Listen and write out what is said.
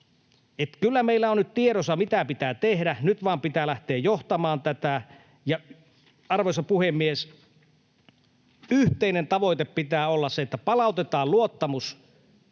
Kyllä meillä on nyt tiedossa, mitä pitää tehdä, nyt vaan pitää lähteä johtamaan tätä. Arvoisa puhemies! Yhteisen tavoitteen pitää olla se, että palautetaan luottamus